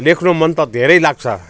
लेख्नु मन त धेरै लाग्छ